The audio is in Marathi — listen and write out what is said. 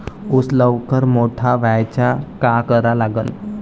ऊस लवकर मोठा व्हासाठी का करा लागन?